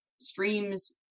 streams